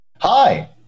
Hi